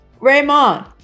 Raymond